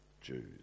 Jews